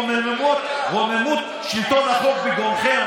רוממות שלטון החוק בגרונכם,